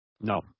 No